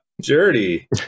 dirty